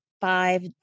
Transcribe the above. five